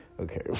Okay